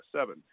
seven